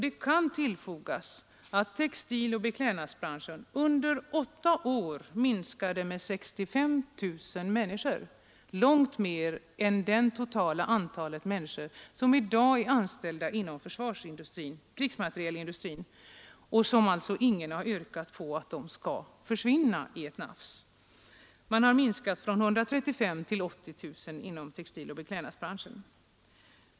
Det kan tillfogas att textiloch beklädnadsbranschen under åtta år minskade med långt mer än det totala antalet människor som i dag är anställda inom krigsmaterielindustrin och som ingen har yrkat på skall försvinna i ett nafs. Man har minskat med 65 000 från 135 000 till 80 000 inom textiloch beklädnadsbranschen.